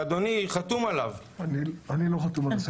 שאדוני חתום עליו --- אני לא חתום על הספר.